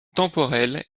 temporelle